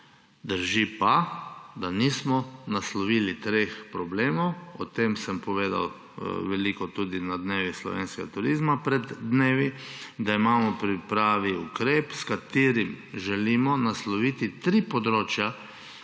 Drži pa, da nismo naslovili treh problemov. O tem sem povedal veliko tudi na Dnevih slovenskega turizma pred dnevi – da imamo v pripravi ukrep, s katerim želimo nasloviti tri področja,